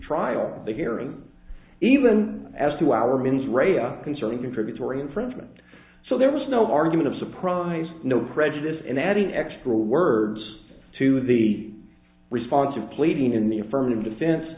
trial the hearing even as to our means reda concerning contributory infringement so there was no argument of surprise no prejudice in adding extra words to the response of pleading in the affirmative defen